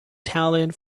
talent